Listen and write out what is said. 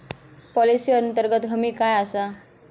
Policy अंतर्गत हमी काय आसा?